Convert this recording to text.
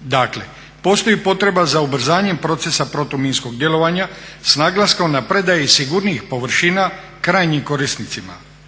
Dakle, postoji potreba za ubrzanjem procesa protuminskog djelovanja s naglaskom na predaje i sigurnijih površina krajnjim korisnicima